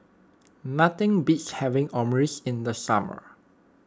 nothing beats having Omurice in the summer